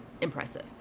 impressive